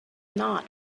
not